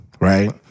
right